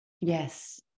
Yes